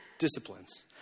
Disciplines